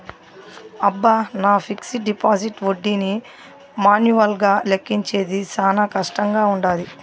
అబ్బ, నా fixed deposit ఒడ్డీని మాన్యువల్గా లెక్కించేది శానా కష్టంగా వుండాది